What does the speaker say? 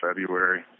February